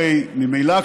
הרי ממילא,